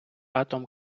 атом